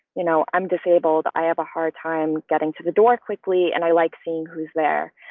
you know, i'm disabled. i have a hard time getting to the door quickly and i like seeing who's there.